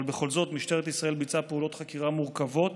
אבל בכל זאת משטרת ישראל ביצעה פעולות חקירה מורכבות